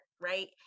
right